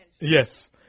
Yes